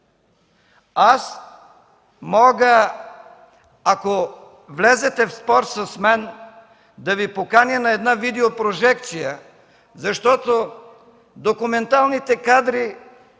Аз мога, ако влезете в спор с мен, да Ви поканя на една видеопрожекция, защото документалните кадри